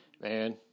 man